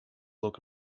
look